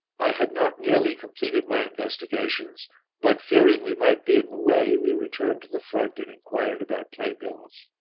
i had not nearly completed my investigations but, fearing we might be in the way, we returned to the front and inquired about play-bills.